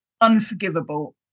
unforgivable